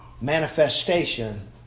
manifestation